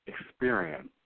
experience